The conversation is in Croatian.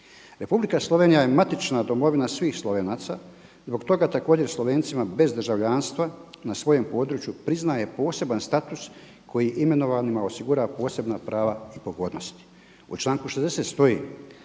„Republika Slovenija je matična domovina svih Slovenaca zbog toga također Slovencima bez državljanstva na svojem području priznaje poseban status koji imenovanima osigurava posebna prava i pogodnosti“.